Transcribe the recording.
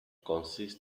consists